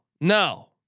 no